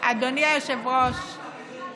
רק לסכם ולומר שאני חושבת שצריך לעשות